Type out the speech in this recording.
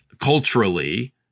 culturally